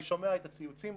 אני שומע את הציוצים,